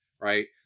right